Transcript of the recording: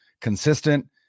consistent